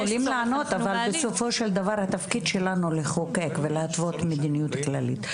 --- בסופו של דבר התפקיד שלנו לחוקק ולהתוות מדיניות כללית.